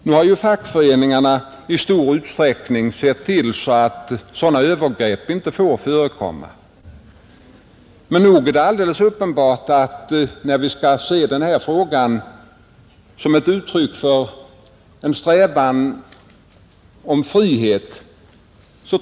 Nu har ju fackföreningarna i stor utsträckning sett till att sådana övergrepp inte får förekomma, Men det är alldeles uppenbart att många människor uppfattar hinder för sådana övergrepp som en ökad frihet.